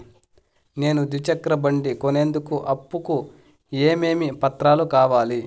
నేను ద్విచక్ర బండి కొనేందుకు అప్పు కు ఏమేమి పత్రాలు కావాలి?